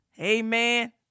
Amen